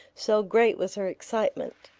so great was her excitement.